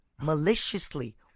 maliciously